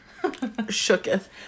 Shooketh